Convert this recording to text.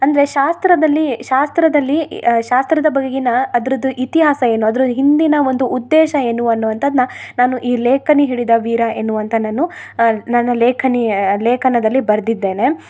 ಅಂದರೆ ಶಾಸ್ತ್ರದಲ್ಲಿ ಶಾಸ್ತ್ರದಲ್ಲಿ ಶಾಸ್ತ್ರದ ಬಗೆಗಿನ ಅದ್ರದು ಇತಿಹಾಸ ಏನು ಅದ್ರ ಹಿಂದಿನ ಒಂದು ಉದ್ದೇಶ ಏನು ಅನ್ನುವಂಥದ್ನ ನಾನು ಈ ಲೇಕನಿ ಹೇಳಿದ ವೀರ ಎನ್ನುವಂಥ ನಾನು ನಾನು ಲೇಖನಿ ಲೇಖನದಲ್ಲಿ ಬರ್ದಿದ್ದೇನೆ